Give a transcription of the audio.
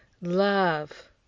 love